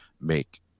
make